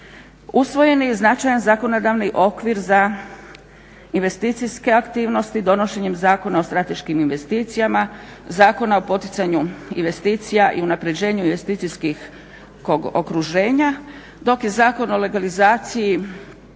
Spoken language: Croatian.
Usvojen i značajan zakonodavni okvir za investicijske aktivnosti donošenjem Zakona o strateškim investicijama, Zakona o poticanju investicija i unapređenju investicijskih okruženja dok je Zakon o legalizaciji